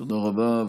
תודה רבה,